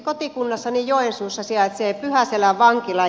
kotikunnassani joensuussa sijaitsee pyhäselän vankila